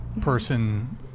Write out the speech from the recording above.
person